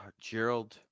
Gerald